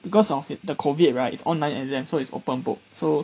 because of the COVID right it's online exam so it's open book so